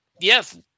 yes